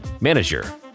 Manager